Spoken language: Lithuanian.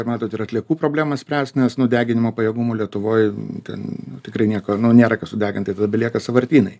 ir matot ir atliekų problemą spręst nes nu deginimo pajėgumų lietuvoj ten nu tikrai nieko nu nėra ką sudegint tai tada belieka sąvartynai